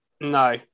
No